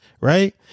right